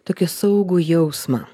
tokį saugų jausmą